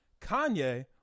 Kanye